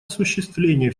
осуществления